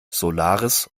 solaris